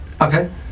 Okay